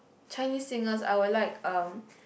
Chinese singers I would like um